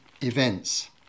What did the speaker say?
events